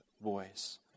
voice